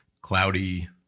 cloudy